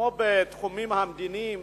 כמו בתחומים המדיניים,